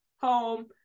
home